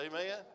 Amen